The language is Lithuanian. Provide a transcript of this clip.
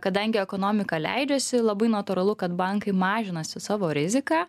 kadangi ekonomika leidžiasi labai natūralu kad bankai mažinasi savo riziką